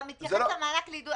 אתה מתייחס למענק לעידוד